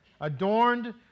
adorned